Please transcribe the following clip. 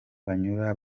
banyura